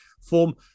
form